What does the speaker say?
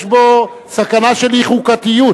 יש בו סכנה של אי-חוקתיות,